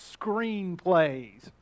screenplays